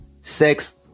sex